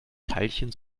teilchen